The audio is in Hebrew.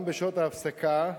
גם בשעות ההפסקה,